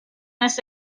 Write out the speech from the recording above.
this